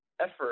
effort